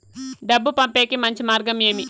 డబ్బు పంపేకి మంచి మార్గం ఏమి